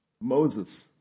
Moses